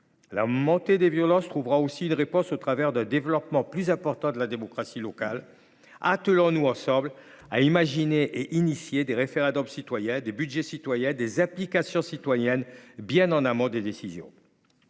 La montée des violences trouvera aussi une réponse au travers d’un développement plus important de la démocratie locale. Attelons nous ensemble à imaginer et initier des référendums citoyens, des budgets citoyens, des implications citoyennes bien en amont des décisions.